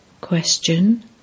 Question